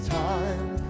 time